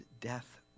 death